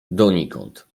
donikąd